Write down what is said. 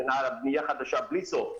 בנייה חדשה וכן הלאה.